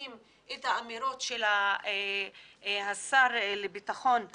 ושומעים את האמירות של השר לביטחון פנים